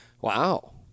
Wow